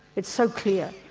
it's so clear.